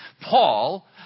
Paul